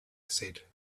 said